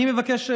אני מבקש,